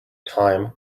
time